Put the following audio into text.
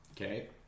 Okay